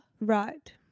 Right